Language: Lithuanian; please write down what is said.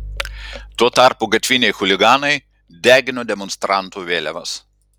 tuo tarpu gatviniai chuliganai degino demonstrantų vėliavas